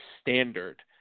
standard